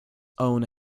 own